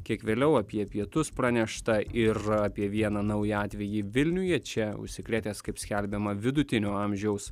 kiek vėliau apie pietus pranešta ir apie vieną naują atvejį vilniuje čia užsikrėtęs kaip skelbiama vidutinio amžiaus